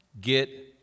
Get